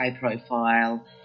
high-profile